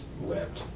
wept